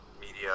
media